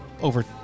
over